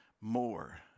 more